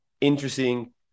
interesting